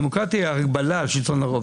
הדמוקרטיה היא ההגבלה על שלטון הרוב.